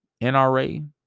NRA